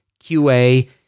QA